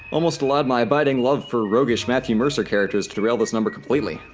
almost allowed my abiding love for roguish matthew mercer characters to derail this number completely.